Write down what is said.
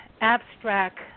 abstract –